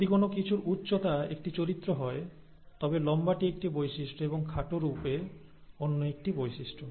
যদি কোনও কিছুর উচ্চতা একটি চরিত্র হয় তবে লম্বাটি একটি বৈশিষ্ট্য এবং খাটোরূপে অন্য একটি বৈশিষ্ট্য